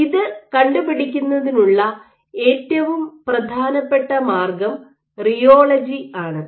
ഇത് കണ്ടുപിടിക്കുന്നതിനുള്ള ഏറ്റവും പ്രധാനപ്പെട്ട മാർഗ്ഗം റിയോളജി ആണ്